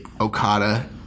Okada